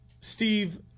Steve